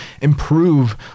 improve